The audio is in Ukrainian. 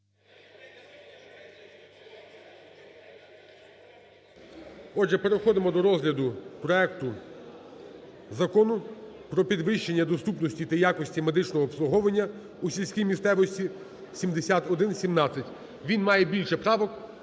Отже, переходимо до розгляду проекту Закону про підвищення доступності та якості медичного обслуговування у сільській місцевості 7117. Він має більше правок.